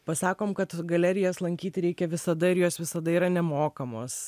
pasakom kad galerijas lankyti reikia visada ir jos visada yra nemokamos